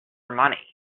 money